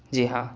جی ہاں